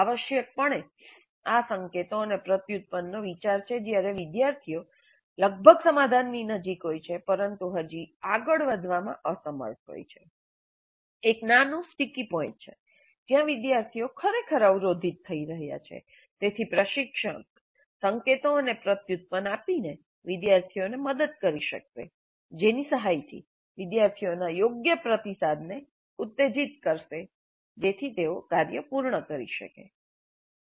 આવશ્યકપણે આ સંકેતો અને પ્રત્યુત્પનનો વિચાર છે જ્યારે વિદ્યાર્થીઓ લગભગ સમાધાનની નજીક હોય છે પરંતુ હજી આગળ વધવામાં અસમર્થ હોય છે એક નાનો સ્ટીકી પોઇન્ટ છે જ્યાં વિદ્યાર્થીઓ ખરેખર અવરોધિત થઈ રહ્યા છે તેથી પ્રશિક્ષક સંકેતો અને પ્રત્યુત્પન આપીને વિદ્યાર્થીઓને મદદ કરી શકશે જે સહાયથી વિદ્યાર્થીઓના યોગ્ય પ્રતિસાદને ઉત્તેજીત કરશે જેથી તેઓ તે કાર્ય પૂર્ણ કરી શકે